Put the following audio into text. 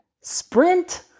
sprint